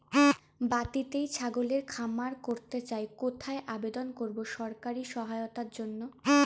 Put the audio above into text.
বাতিতেই ছাগলের খামার করতে চাই কোথায় আবেদন করব সরকারি সহায়তার জন্য?